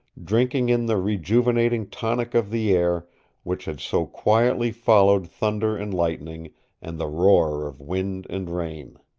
drinking in the rejuvenating tonic of the air which had so quietly followed thunder and lightning and the roar of wind and rain.